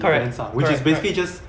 correct correct correct